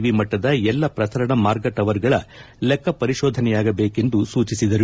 V ಮಟ್ಟದ ಎಲ್ಲಾ ಪ್ರಸರಣ ಮಾರ್ಗ ಟವರ್ಗಳ ಲೆಕ್ಸ ಪರಿಶೋಧನೆಯಾಗಬೇಕೆಂದು ಸೂಚಿಸಿದರು